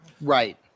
right